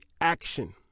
action